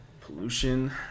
Pollution